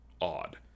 odd